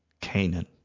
Canaan